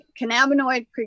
cannabinoid